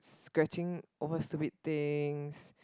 scratching over stupid things